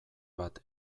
bat